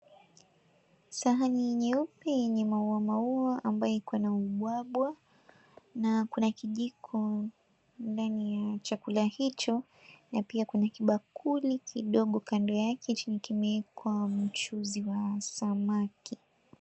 Sahani nyeupe yenye maua maua, ambayo iko na ubwabwa. Na kuna kijiko ndani ya chakula hicho, na pia kwenye kibakuli kidogo kando yake chini kimeekwa mchuzi wa samaki.